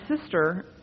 sister